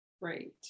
right